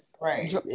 right